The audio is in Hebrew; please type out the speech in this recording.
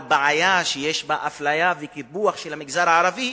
בעיה שיש בה אפליה וקיפוח של המגזר הערבי,